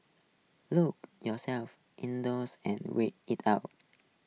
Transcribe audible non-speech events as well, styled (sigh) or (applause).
look yourselves indoors and wait it out (noise)